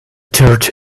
church